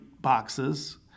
boxes